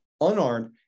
unarmed